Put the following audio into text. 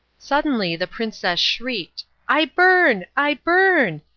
suddenly the princess shrieked, i burn, i burn!